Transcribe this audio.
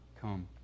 come